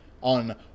On